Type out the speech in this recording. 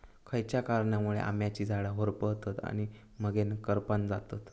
खयच्या कारणांमुळे आम्याची झाडा होरपळतत आणि मगेन करपान जातत?